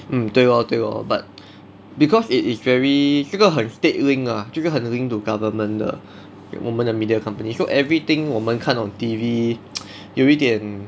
mm 对 lor 对 lor but because it is very 这个很 state linked lah 这个很 linked to government 的我们的 media company so everything 我们看 on T_V 有一点